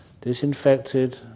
disinfected